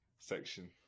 section